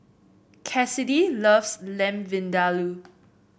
Kassidy loves Lamb Vindaloo